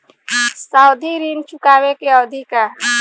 सावधि ऋण चुकावे के अवधि का ह?